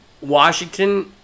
Washington